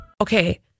Okay